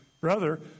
brother